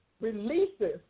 releases